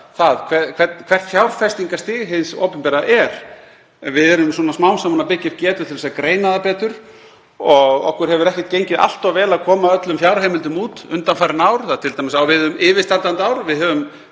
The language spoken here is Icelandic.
hvert fjárfestingarstig hins opinbera er. Við erum smám saman að byggja upp getu til að greina það betur og okkur hefur ekkert gengið allt of vel að koma öllum fjárheimildum út undanfarin ár, það á t.d. við um yfirstandandi ár. Við höfum